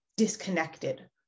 Disconnected